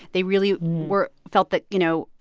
they really were felt that, you know,